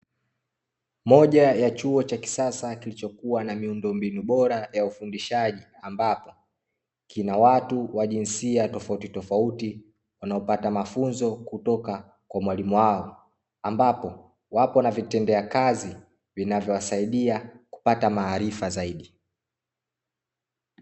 Moja ya chuo cha kisasa kilichokuwa na miundombinu bora ya ufundishaji, ambapo kuna watu wa jinsia tofautitofauti wanaopata mafunzo kutoka kwa mwalimu wao, ambapo wako na vitendea kazi vinavyowasaidia kupata maarifa zaidi .